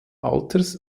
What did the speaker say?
alters